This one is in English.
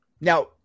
now